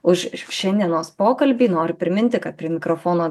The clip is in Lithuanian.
už šiandienos pokalbį noriu priminti kad prie mikrofono